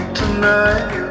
tonight